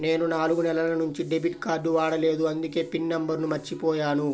నేను నాలుగు నెలల నుంచి డెబిట్ కార్డ్ వాడలేదు అందుకే పిన్ నంబర్ను మర్చిపోయాను